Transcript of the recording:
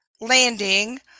landing